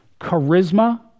Charisma